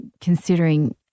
considering